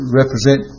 represent